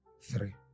three